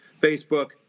Facebook